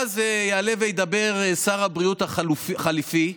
ואז יעלה וידבר שר הבריאות החליפי,